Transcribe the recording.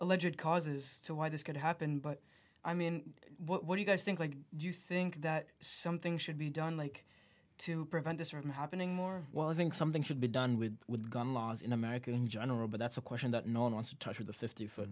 a legit causes to why this could happen but i mean what do you guys think like do you think that something should be done like to prevent this from happening more well i think something should be done with gun laws in america in general but that's a question that no one wants to touch with a fifty foot